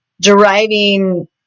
deriving